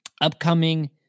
upcoming